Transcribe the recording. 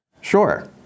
Sure